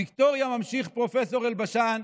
"ויקטוריה", ממשיך פרופ' אלבשן,